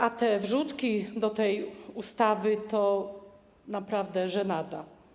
A te wrzutki do ustawy to naprawdę żenada.